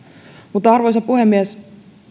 arvoisa puhemies